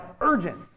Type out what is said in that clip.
urgent